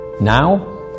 Now